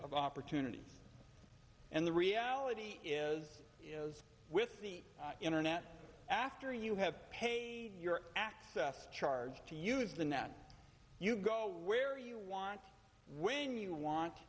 of opportunities and the reality is with the internet after you have paid your access to charge to use the net you go where you want when you want